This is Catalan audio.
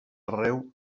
arreu